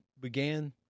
began